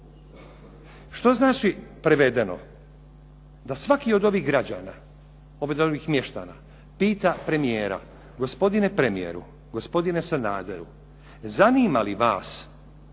Što znači prevedeno da svaki od ovih građana, od ovih mještana pita premijera, gospodine premijeru, gospodine Sanaderu, zanima li vas